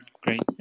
great